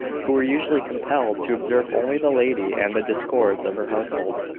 who were usually compelled to observe only the lady, and the discords of her household.